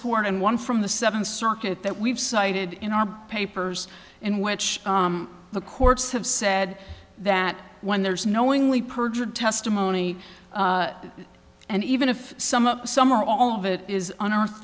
court and one from the seven circuit that we've cited in our papers in which the courts have said that when there's knowingly perjured testimony and even if some of some or all of it is on earth